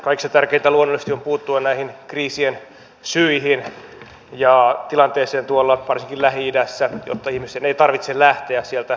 kaikista tärkeintä luonnollisesti on puuttua näihin kriisien syihin ja tilanteeseen varsinkin tuolla lähi idässä jotta ihmisten ei tarvitse lähteä sieltä kotiseuduiltaan